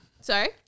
Sorry